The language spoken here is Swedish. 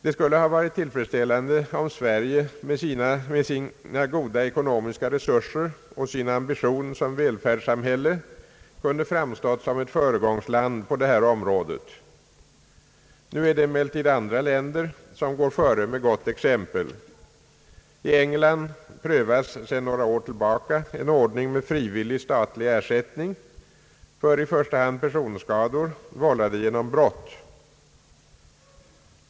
Det skulle ha varit tillfredsställande om Sverige med sina goda ekonomiska resurser och sin ambition som välfärdssamhälle kunde framstå som ett föregångsland på detta område. Nu är det emellertid andra länder som går före med gott exempel. I England prövas sedan några år tillbaka en ordning med frivillig statlig ersättning för i första hand personskador vållade genom brott.